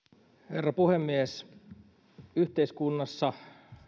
herra puhemies yhteiskunnassa